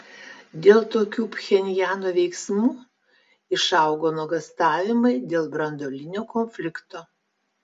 dėl tokių pchenjano veiksmų išaugo nuogąstavimai dėl branduolinio konflikto